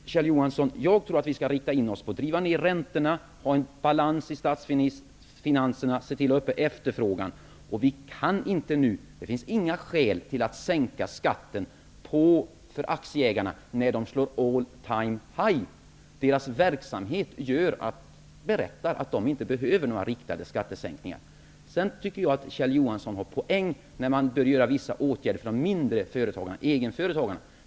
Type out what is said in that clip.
Jag tror att vi skall rikta in oss på att driva ned räntorna, få balans i statsfinanserna och se till att hålla uppe efterfrågan. Det finns inga skäl att nu sänka skatten för aktieägarna när aktiekurserna slår all-time-high-rekord. Deras verksamhet berättar att de inte behöver några riktade skattesänkningar. Sedan tycker jag att Kjell Johansson har en poäng i påståendet att man bör vidta vissa åtgärder för de mindre företagarna, egenföretagarna.